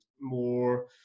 more